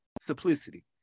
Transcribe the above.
Simplicity